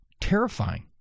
terrifying